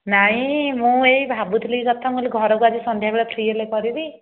ନାଇଁ ମୁଁ ଏଇ ଭାବୁଥିଲି ଘରକୁ ଆଜି ସନ୍ଧ୍ୟା ହେଲେ ଫ୍ରୀ ହେଲେ କରିବି